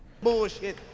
Bullshit